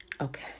Okay